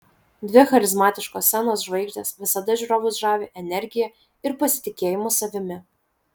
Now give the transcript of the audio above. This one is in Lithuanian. dvi charizmatiškos scenos žvaigždės visada žiūrovus žavi energija ir pasitikėjimu savimi